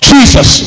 Jesus